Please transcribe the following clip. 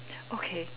okay